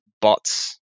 bots